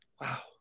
wow